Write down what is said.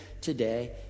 today